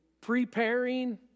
preparing